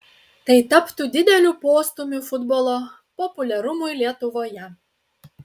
tai taptų dideliu postūmiu futbolo populiarumui lietuvoje